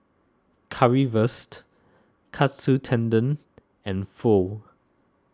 Currywurst Katsu Tendon and Pho